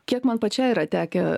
kiek man pačiai yra tekę